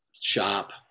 shop